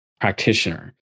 practitioner